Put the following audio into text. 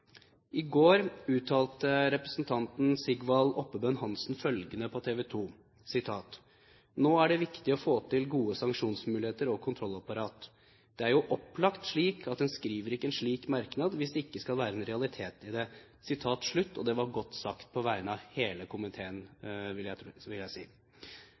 I går uttalte representanten Sigvald Oppebøen Hansen på TV 2 at nå er det viktig å få til gode sanksjonsmuligheter og kontrollapparat – det er jo opplagt slik at vi skriver ikke en slik merknad hvis det ikke skal være en realitet i det. På vegne av hele komiteen, minus medlemmene fra Fremskrittspartiet, vil jeg si det var godt sagt. På vegne av komiteen har jeg